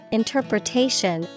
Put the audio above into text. interpretation